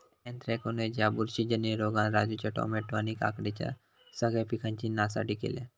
anthracnose ह्या बुरशीजन्य रोगान राजूच्या टामॅटो आणि काकडीच्या सगळ्या पिकांची नासाडी केल्यानं